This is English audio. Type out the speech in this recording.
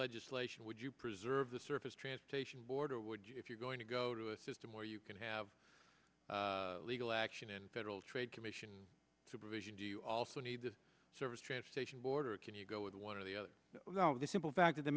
legislation would you preserve the surface transportation board or would you if you're going to go to a system where you can have legal action and federal trade commission supervision do you also need the service transportation board or can you go with one of the other of the simple fact